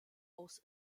aus